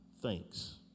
thanks